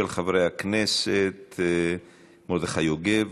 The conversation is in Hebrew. של חברי הכנסת מרדכי יוגב,